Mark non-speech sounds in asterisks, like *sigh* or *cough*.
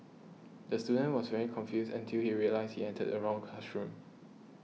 the student was very confused until he realised he entered the wrong classroom *noise*